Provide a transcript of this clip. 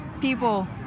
people